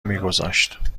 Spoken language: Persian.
میگذاشت